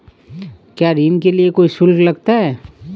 क्या ऋण के लिए कोई शुल्क लगता है?